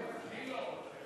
אני לא,